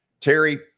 Terry